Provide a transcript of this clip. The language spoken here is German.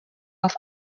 auf